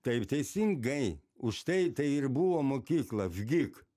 taip teisingai už tai tai ir buvo mokykla vgik